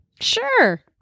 sure